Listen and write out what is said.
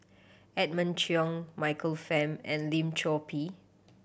Edmund Cheng Michael Fam and Lim Chor Pee